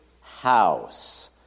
house